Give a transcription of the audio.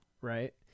right